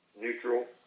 neutral